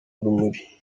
urumuri